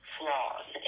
flaws